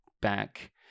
back